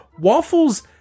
Waffles